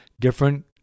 different